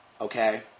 Okay